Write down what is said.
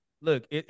look